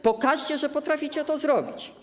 Pokażcie, że potraficie to zrobić.